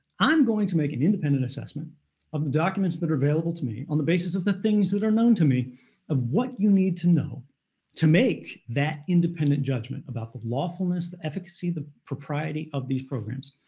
i'm going to make an independent assessment of the documents that are available to me on the basis of the things that are known to me of what you need to know to make that independent judgment about the lawfulness, the efficacy, the propriety, of these programs.